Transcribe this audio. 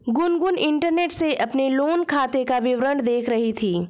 Gungun internet से अपने loan खाते का विवरण देख रही थी